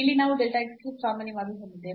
ಇಲ್ಲಿ ನಾವು delta x cube ಸಾಮಾನ್ಯವಾಗಿ ಹೊಂದಿದ್ದೇವೆ